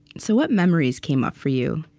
so what memories came up for you,